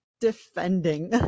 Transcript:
defending